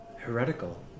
heretical